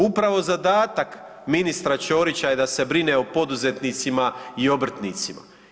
Upravo zadatak ministra Ćorića je da se brine o poduzetnicima i obrtnicima.